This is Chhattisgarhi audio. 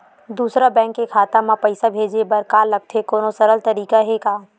दूसरा बैंक के खाता मा पईसा भेजे बर का लगथे कोनो सरल तरीका हे का?